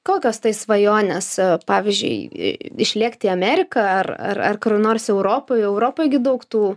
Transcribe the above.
kokios tai svajonės pavyzdžiui išlėkt į ameriką ar ar ar kur nors europoj europoj gi daug tų